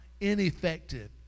ineffective